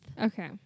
Okay